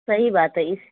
صحیح بات ہے اِس